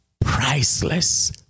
Priceless